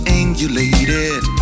angulated